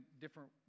different